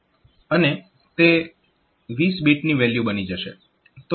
અને તે 20 બીટની વેલ્યુ બની જશે